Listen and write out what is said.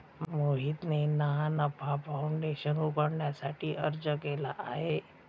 मोहितने ना नफा फाऊंडेशन उघडण्यासाठी अर्ज केला आहे